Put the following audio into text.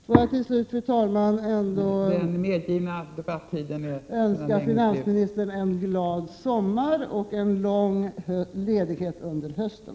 Låt mig till slut, fru talman, önska finansministern en glad sommar och en lång ledighet under hösten.